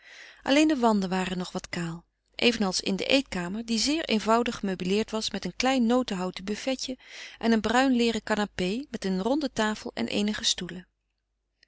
alleen de wanden waren nog wat kaal evenals in de eetkamer die zeer eenvoudig gemeubeleerd was met een klein notenhouten buffetje en een bruin leêren canapé met een ronde tafel en eenige stoelen